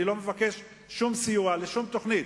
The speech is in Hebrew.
אני לא מבקש שום סיוע לשום תוכנית,